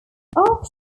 after